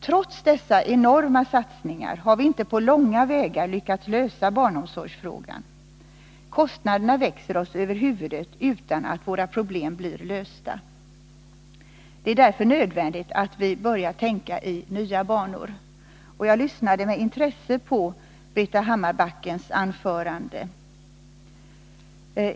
Trots dessa enorma satsningar har vi inte på långa vägar lyckats lösa barnomsorgsfrågan. Kostnaderna växer oss över huvudet utan att våra problem blir lösta. Det är nödvändigt att vi börjar tänka i nya banor, och jag lyssnade med intresse på Britta Hammarbackens anförande.